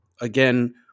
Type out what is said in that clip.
again